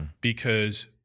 because-